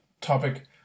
topic